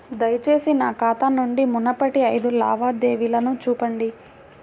దయచేసి నా ఖాతా నుండి మునుపటి ఐదు లావాదేవీలను చూపండి